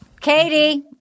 Katie